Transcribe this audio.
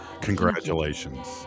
Congratulations